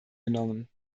genommen